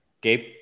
Gabe